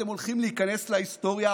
אתם הולכים להיכנס להיסטוריה,